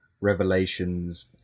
revelations